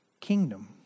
kingdom